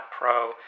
Pro